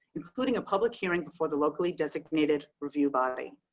including a public hearing before the locally designated review body.